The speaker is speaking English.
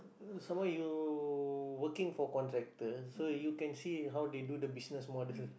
some more you working for contractor so you can see how they do the business model